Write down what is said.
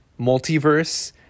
multiverse